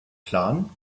plan